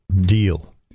deal